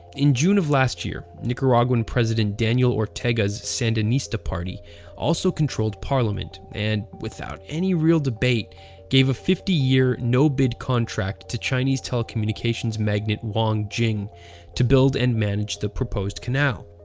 in june of last year, nicaraguan president daniel ortega's sandanista party also controlled parliament and without any real debate gave a fifty year, no-bid contract to chinese telecommunications magnate wang jing to build and manage the proposed canal.